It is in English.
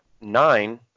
nine